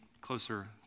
closer